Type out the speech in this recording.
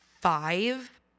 five